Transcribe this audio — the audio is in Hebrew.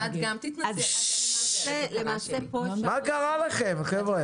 מה קרה לכם, חבר'ה?